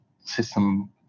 system